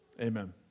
Amen